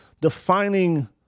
defining